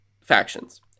factions